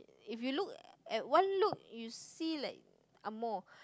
if you look at one look you see like angmoh